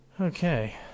Okay